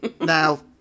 Now